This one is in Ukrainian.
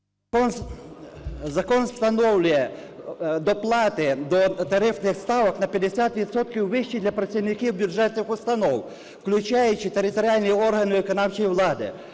Закон встановлює доплати до тарифних ставок на 50 відсотків вище для працівників бюджетних установ, включаючи територіальні органи виконавчої влади.